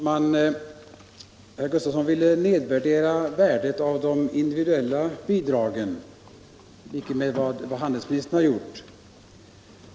Herr talman! I likhet med handelsministern ville herr Bengtsson i Landskrona förringa värdet av de individuella bidragen.